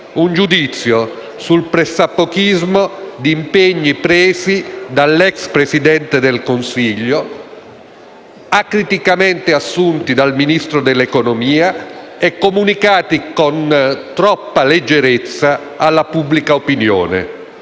Un giudizio sul pressappochismo di impegni presi dall'ex Presidente del Consiglio, acriticamente assunti dal Ministro dell'economia e comunicati con troppa leggerezza alla pubblica opinione.